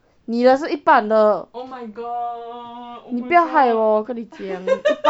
你的是一半的你不要害我我跟你讲一把掌赛过去